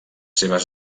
seves